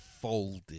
folded